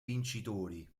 vincitori